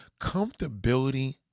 comfortability